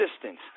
assistance